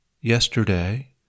Yesterday